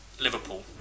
Liverpool